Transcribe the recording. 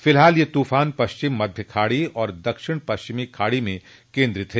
फिलहाल यह तूफान पश्चिम मध्य खाड़ी और दक्षिण पश्चिमी खाड़ी में केन्द्रित है